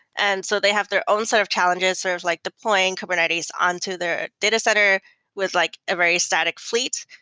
and so they have their own set of challenges sort of like deploying kubernetes on to their data center with like every static fl eet.